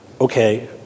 Okay